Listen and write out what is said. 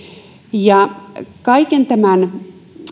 kaiken tämän